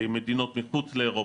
מדינות מחוץ לאירופה,